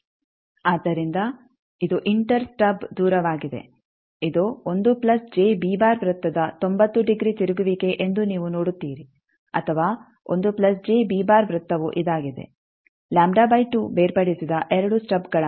ಆದ್ದರಿಂದ ಇದು inter stub ದೂರವಾಗಿದೆ ಇದು ವೃತ್ತದ ತೊಂಬತ್ತು ಡಿಗ್ರಿ ತಿರುಗುವಿಕೆ ಎಂದು ನೀವು ನೋಡುತ್ತೀರಿ ಅಥವಾ ವೃತ್ತವು ಇದಾಗಿದೆ ಬೇರ್ಪಡಿಸಿದ 2 ಸ್ಟಬ್ಗಳಾಗಿವೆ